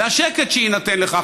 והשקט שיינתן לכך,